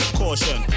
caution